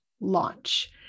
launch